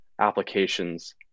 applications